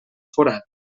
forat